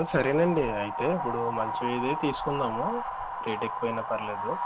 సరేఅండి అయితే ఇప్పుడు మంచిదే తీసుకుందాము రేట్ ఎక్కువ అయిన పర్లేదు